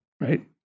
Right